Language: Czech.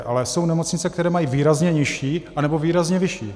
Ale jsou nemocnice, které mají výrazně nižší, anebo výrazně vyšší.